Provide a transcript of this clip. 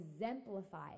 exemplifies